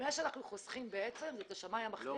מה שאנחנו חוסכים בעצם זה את השמאי המכריע,